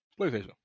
PlayStation